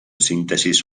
síntesis